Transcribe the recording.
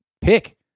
Pick